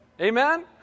Amen